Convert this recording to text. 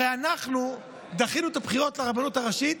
הרי אנחנו דחינו את הבחירות לרבנות הראשית